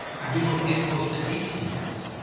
i'd be looking at closer to eighteen years.